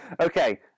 Okay